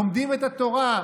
לומדים את התורה,